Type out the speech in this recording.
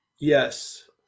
Yes